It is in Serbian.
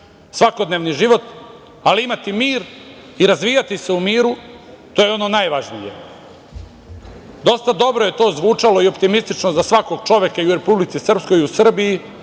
svakodnevni život, ali imati mir i razvijati se u miru to je ono najvažnije. Dosta dobro je to zvučalo i optimistično za svakog čoveka i u Republici Srpskoj i u Srbiji,